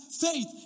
faith